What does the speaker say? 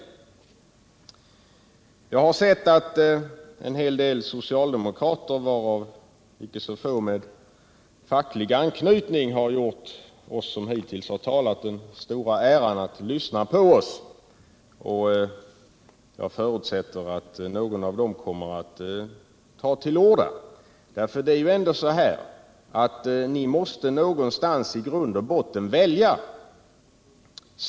115 ekonomiska grundtrygghet Jag har sett att en hel del socialdemokrater — icke så få med facklig anknytning -— gjort oss som hittills talat den stora äran att lyssna på oss. Jag förutsätter att någon av dem kommer att ta till orda. Det är ju dock så att ni måste någonstans i grund och botten välja.